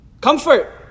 Comfort